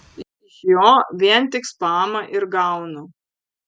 iš jo vien tik spamą ir gaunu